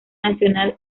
nacional